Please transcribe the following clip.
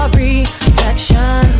reflection